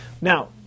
Now